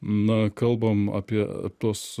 na kalbam apie tuos